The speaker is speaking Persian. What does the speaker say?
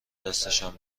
دستشان